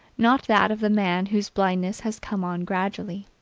not that of the man whose blindness has come on gradually.